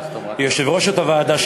ליושבת-ראש הוועדה,